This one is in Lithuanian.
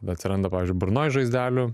atsiranda pavyzdžiui burnoj žaizdelių